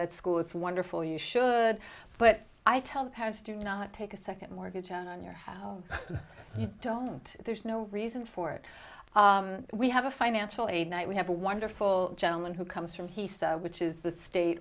that school it's wonderful you should but i tell parents do not take a second mortgage on your house you don't there's no reason for it we have a financial aid night we have a wonderful gentleman who comes from he said which is the state